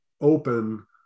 open